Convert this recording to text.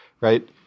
right